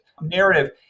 narrative